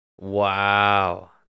Wow